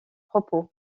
propos